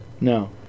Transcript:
No